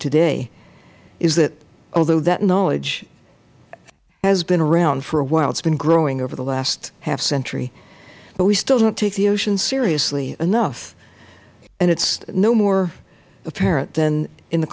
today is that although that knowledge has been around for a while it has been growing over the last half century but we still don't take the ocean seriously enough and it is no more apparent than in the